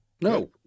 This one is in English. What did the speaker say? no